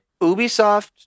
Ubisoft